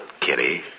Kitty